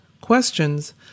questions